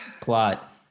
Plot